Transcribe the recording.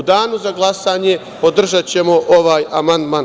U danu za glasanje podržaćemo ovaj amandman.